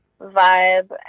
vibe